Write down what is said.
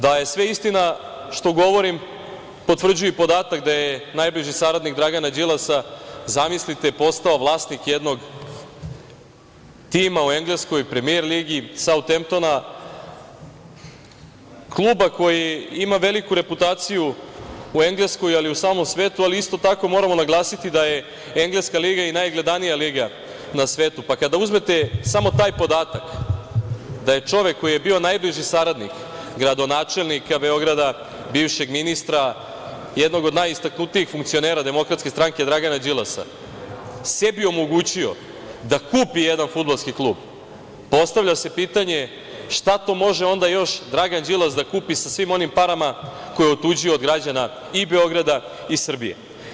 Da je sve istina što govorim potvrđuje i podatak da je najbliži saradnik Dragana Đilasa, zamislite, postao vlasnik jednog tima u engleskoj Premijer ligi „Sautemptona“, kluba koji ima veliku reputaciju u Engleskoj, ali i u samom svetu, ali isto tako, moramo naglasiti da je engleska liga i najgledanija liga na svetu, pa kada uzmete samo taj podatak da je čovek koji je bio najbliži saradnik gradonačelnika Beograda, bivšeg ministra, jednog od najistaknutijih funkcionera DS Dragana Đilasa, sebi omogućio da kupi jedan fudbalski klub, postavlja se pitanje – šta to može onda još Dragan Đilas da kupi sa svim onim parama koje je otuđio od građana i Beograda i Srbije?